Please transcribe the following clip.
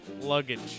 Luggage